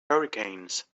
hurricanes